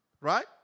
Right